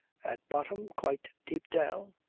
at bottom, quite deep down,